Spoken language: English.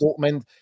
Dortmund